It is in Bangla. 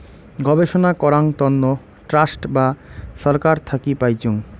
গবেষণা করাং তন্ন ট্রাস্ট বা ছরকার থাকি পাইচুঙ